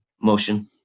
motion